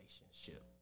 relationship